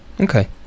Okay